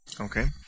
Okay